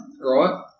right